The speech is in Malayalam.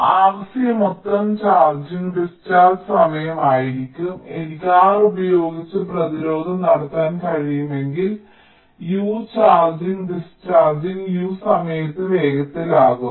അതിനാൽ RC മൊത്തം ചാർജിംഗ് ഡിസ്ചാർജ് സമയം ആയിരിക്കും എനിക്ക് R ഉപയോഗിച്ച് പ്രതിരോധം നടത്താൻ കഴിയുമെങ്കിൽ U ചാർജിംഗ് ഡിസ്ചാർജിംഗ് U സമയത്തെ വേഗത്തിലാക്കും